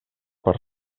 per